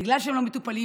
בגלל שהם לא מטופלים,